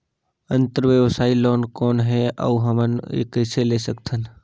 अंतरव्यवसायी लोन कौन हे? अउ हमन कइसे ले सकथन?